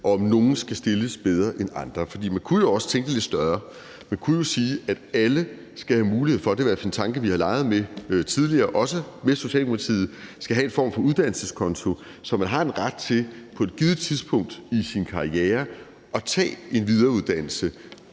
om nogle skal stilles bedre end andre. For man kunne jo også tænke lidt større. Man kunne jo sige, at alle skal have – det er i hvert fald en tanke, vi også tidligere har leget med sammen med Socialdemokratiet – en form for uddannelseskonto, så man har en ret til på et givet tidspunkt i sin karriere at tage en videreuddannelse,